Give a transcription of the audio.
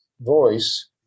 voice